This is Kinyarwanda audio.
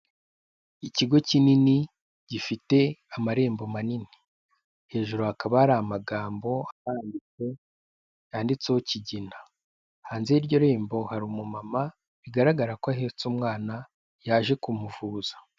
Ikigo kinini gifite amarembo manini, hejuru hakaba hari amagambo ahanditse handitseho kigina, hanze y'iryo rembo hari umumama bigaragara ko ahetse umwana yaje kumuvuza.